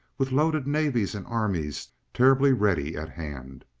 with loaded navies and armies terribly ready at hand.